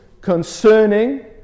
concerning